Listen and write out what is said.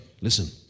listen